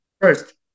First